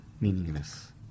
meaningless